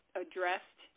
addressed